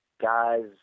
guys